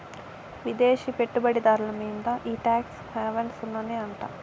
విదేశీ పెట్టుబడి దార్ల మీంద ఈ టాక్స్ హావెన్ సున్ననే అంట